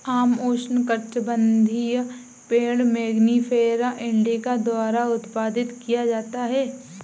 आम उष्णकटिबंधीय पेड़ मैंगिफेरा इंडिका द्वारा उत्पादित किया जाता है